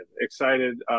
excited